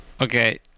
Okay